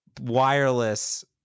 wireless